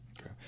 Okay